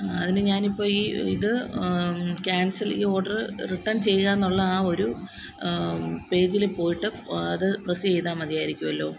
അതിന് ഞാൻ ഇപ്പോൾ ഈ ഇത് ക്യാന്സല് ഈ ഓഡറ് റിട്ടണ് ചെയ്യുകയാണെന്നുള്ള ആ ഒരു പേജിൽ പോയിട്ട് അത് പ്രെസ്സ് ചെയ്താൽ മതിയാരിക്കുമല്ലോ